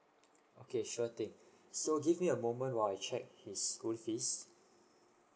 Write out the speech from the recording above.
okay sure thing so give me a moment while I check his school fees